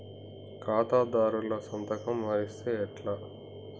ఖాతాదారుల సంతకం మరిస్తే ఎట్లా?